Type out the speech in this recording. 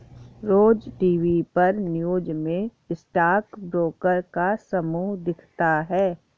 रोज TV पर news में stock broker का समूह दिखता है